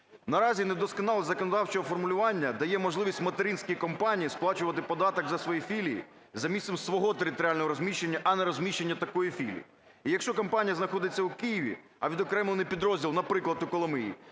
Наразі недосконале законодавче формулювання дає можливість материнській компанії сплачувати податок за свої філії за місцем свого територіального розміщення, а не розміщення такої філії. І якщо компанія знаходиться у Києві, а відокремлений підрозділ, наприклад – у Коломиї,